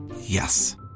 Yes